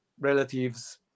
relatives